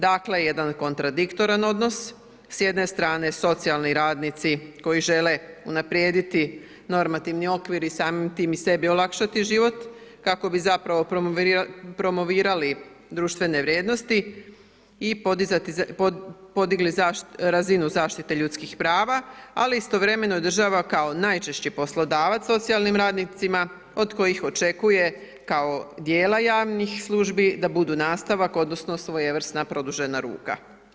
Dakle jedan kontradiktoran odnos, s jedne strane socijalni radnici koji žele unaprijediti normativni okvir i samim tim i sebi olakšati život kako bi zapravo promovirali društvene vrijednosti i podigli razinu zaštite ljudskih prava, ali istovremeno i država kao najčešći poslodavac socijalnim radnicima od kojih očekuje, kao djela javnih službi, da budu nastavak, odnosno svojevrsna produžena ruka.